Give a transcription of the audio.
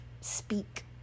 speak